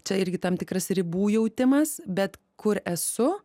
čia irgi tam tikras ribų jautimas bet kur esu